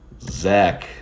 zach